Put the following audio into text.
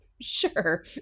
sure